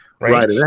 Right